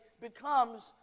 becomes